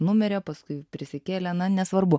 numirė paskui prisikėlė na nesvarbu